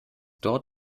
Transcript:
dort